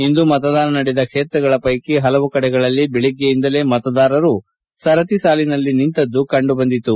ಇಂದು ಮತದಾನ ನಡೆದ ಕ್ಷೇತ್ರಗಳ ಹೈಕಿ ಹಲವು ಕಡೆಗಳಲ್ಲಿ ಬೆಳಗ್ಗೆಯಿಂದಲೇ ಮತದಾರರು ಸರದಿ ಸಾಲಿನಲ್ಲಿ ನಿಂತಿದ್ದುದು ಕಂಡುಬಂದಿತು